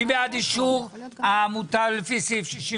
מי בעד אישור העמותה לעניין סעיף 61?